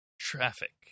Traffic